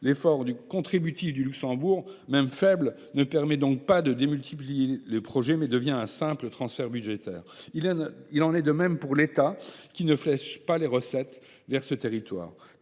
L’effort contributif du Luxembourg, même faible, ne permet donc pas de multiplier les projets, mais devient un simple transfert budgétaire. Il en est de même pour l’État, qui ne flèche pas les recettes vers ce territoire.